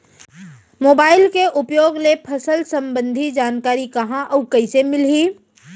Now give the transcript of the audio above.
Mobile के उपयोग ले फसल सम्बन्धी जानकारी कहाँ अऊ कइसे मिलही?